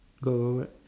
got a what